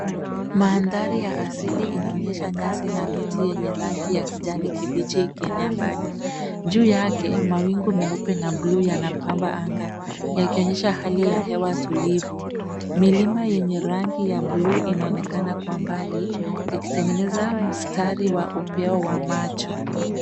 Mandhari ya asili inaonyesha nyasi na miti yenye rangi ya kijani kibichi ikienea mbali. Juu yake, mawingu meupe na bluu yanapamba anga yakionyesha hali ya hewa tulivu. Milima yenye rangi ya bluu inaonekana kwa mbali, ikitengeneza mstari wa upeo wa macho.